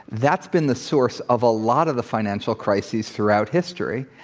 that's been the source of a lot of the financial crises throughout history,